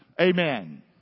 Amen